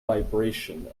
vibration